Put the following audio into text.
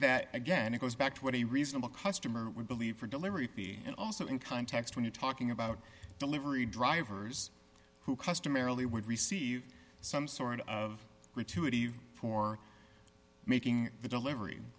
that again it goes back to what a reasonable customer would believe for delivery fee and also in context when you're talking about delivery drivers who customarily would receive some sort of for making the delivery